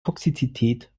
toxizität